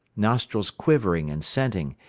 nostrils quivering and scenting,